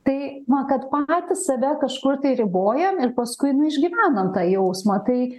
tai man kad patys save kažkur tai ribojam ir paskui nu išgyvenam tą jausmą tai